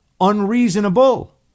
unreasonable